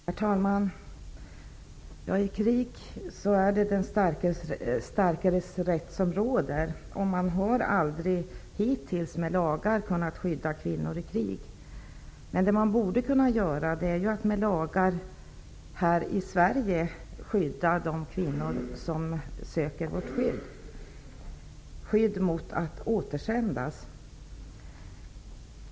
Herr talman! I krig är det den starkares rätt som råder. Hittills har man aldrig med lagar kunnat skydda kvinnor vid krig. Vad man borde kunna göra är att med lagar här i Sverige skydda de kvinnor som söker skydd mot att återsändas.